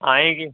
आयेंगे